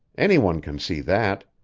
any one can see that.